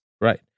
Right